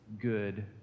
good